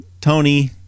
Tony